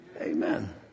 Amen